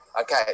Okay